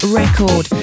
record